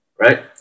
right